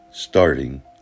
starting